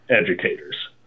educators